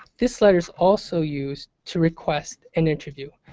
this letter is also used to request an interview.